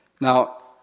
Now